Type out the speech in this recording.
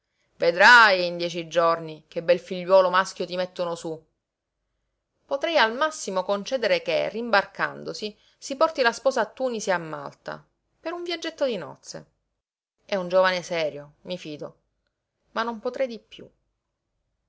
vedrai in dieci giorni che bel figliuolo maschio ti mettono su potrei al massimo concedere che rimbarcandosi si porti la sposa a tunisi e a malta per un viaggetto di nozze è giovane serio mi fido ma non potrei di piú